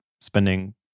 spending